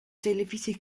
televisie